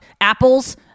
apples